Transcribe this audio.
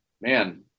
man